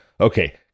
Okay